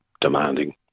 demanding